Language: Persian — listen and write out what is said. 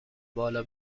بالا